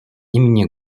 имени